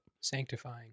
Sanctifying